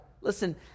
Listen